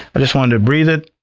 i just wanted to breathe it,